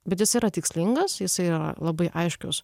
bet jis yra tikslingas jisai yra labai aiškios